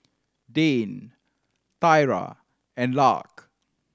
Dane Tyra and Lark